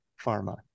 Pharma